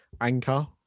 Anchor